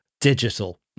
digital